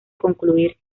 concluir